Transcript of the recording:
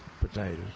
potatoes